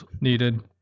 needed